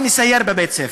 אני מסייר בבית-ספר,